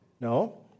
No